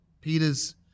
Peter's